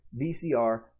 VCR